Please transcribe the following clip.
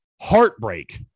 heartbreak